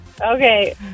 Okay